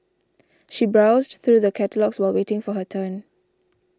she browsed through the catalogues while waiting for her turn